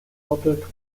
viertel